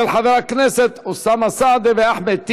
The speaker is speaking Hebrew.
של חברי הכנסת אוסאמה סעדי ואחמד טיבי.